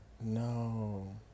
No